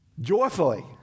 joyfully